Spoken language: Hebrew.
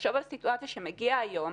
תחשוב על סיטואציה שמגיע היום,